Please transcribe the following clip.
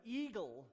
eagle